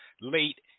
late